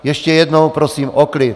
Ještě jednou prosím o klid.